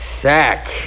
sack